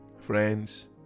Friends